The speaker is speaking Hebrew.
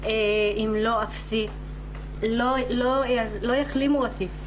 לא יחלימו אותי,